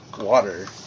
Water